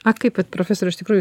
a kaip vat profesoriau iš tikrųjų